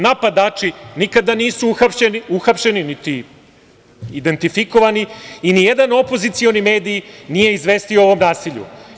Napadači nikada nisu uhapšeni, niti identifikovani i nijedan opozicioni mediji nije izvestio o ovom nasilju.